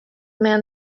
man